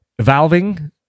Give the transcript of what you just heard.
valving